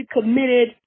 committed